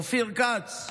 אופיר כץ,